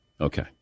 Okay